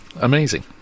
amazing